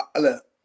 Look